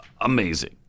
amazing